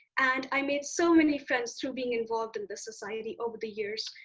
and i made so many friends through being involved in this society over the years,